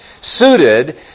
suited